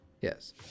Yes